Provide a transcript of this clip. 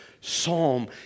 psalm